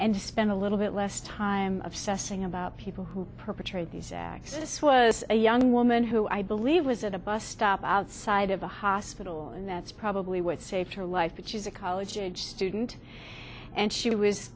and spend a little bit less time obsessing about people who perpetrate these acts this was a young woman who i believe was at a bus stop outside of a hospital and that's probably what saved her life but she's a college student and she was